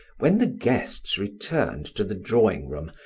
when the guests returned to the drawing-room,